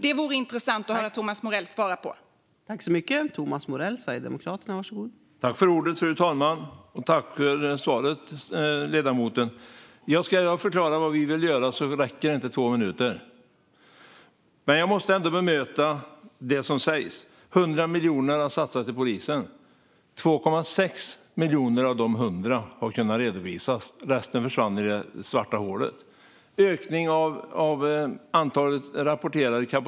Det vore intressant att höra Thomas Morell svara på detta.